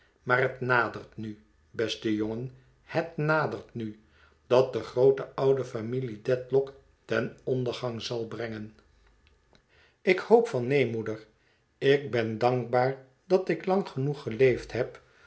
maar het nadert nu beste jongen het nadert nu dat de groote oude familie dedlock ten ondergang zal brengen ik hoop van neen moeder ik ben dankbaar dat ik lang genoeg geleefd heb